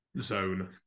zone